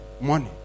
money